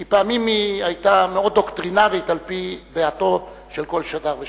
כי פעמים היא היתה מאוד דוקטרינרית על-פי דעתו של כל שדר ושדר.